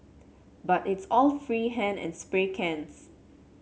but it's all free hand and spray cans